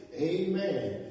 amen